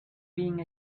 being